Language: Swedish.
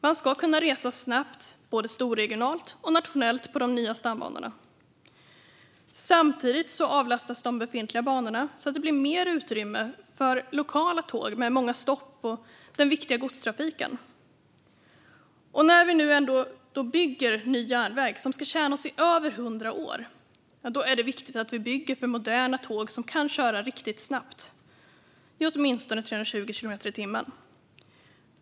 Man ska kunna resa snabbt både storregionalt och nationellt på de nya stambanorna. Samtidigt avlastas de befintliga banorna så att det blir mer utrymme för lokala tåg, med många stopp, och den viktiga godstrafiken. När vi ändå bygger ny järnväg, som ska tjäna oss i över hundra år, är det viktigt att vi bygger för moderna tåg som kan köra riktigt snabbt, åtminstone i 320 kilometer i timmen.